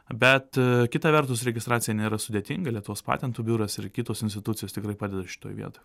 bet kita vertus registracija nėra sudėtinga lietuvos patentų biuras ir kitos institucijos tikrai padeda šitoj vietoj